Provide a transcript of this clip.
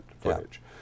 footage